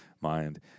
mind